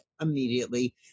immediately